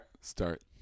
Start